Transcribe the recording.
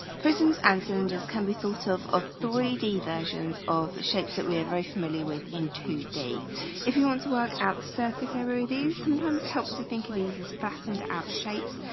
prisms and cylinders can be sort of of three d versions of shapes that we are very familiar with in two d if you want to work out surface area these sometimes it helps to think of these as flattened out shapes,